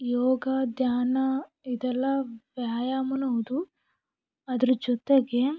ಯೋಗ ಧ್ಯಾನ ಇದೆಲ್ಲ ವ್ಯಾಯಾಮನೂ ಹೌದು ಅದರ ಜೊತೆಗೆ